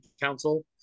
Council